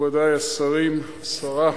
מכובדי השרים, השרה,